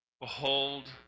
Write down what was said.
Behold